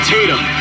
Tatum